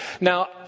Now